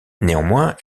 néanmoins